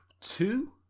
two